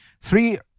three